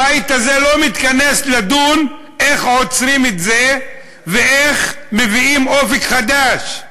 הבית הזה לא מתכנס לדון איך עוצרים את זה ואיך מביאים אופק חדש.